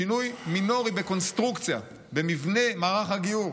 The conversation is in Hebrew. שינוי מינורי בקונסטרוקציה, במבנה מערך הגיור.